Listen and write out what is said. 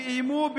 ואיימו,